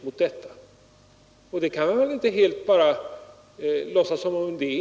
Man kan väl inte bara låta bli att låtsas om det.